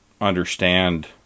understand